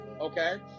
okay